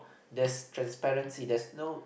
there's transparency there's no